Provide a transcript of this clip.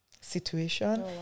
situation